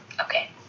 Okay